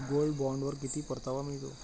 Gold बॉण्डवर किती परतावा मिळतो?